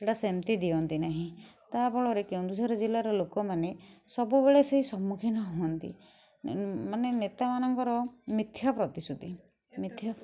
ସେଇଟା ସେମିତି ଦିଅନ୍ତି ନାହିଁ ତା ଫଳରେ କେନ୍ଦୁଝର ଜିଲ୍ଲାର ଲୋକମାନେ ସବୁବେଳେ ସେଇ ସମ୍ମୁଖୀନ ହୁଅନ୍ତି ମାନେ ନେତାମାନଙ୍କର ମିଥ୍ୟା ପ୍ରତିଶ୍ରୁତି ମିଥ୍ୟା